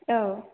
औ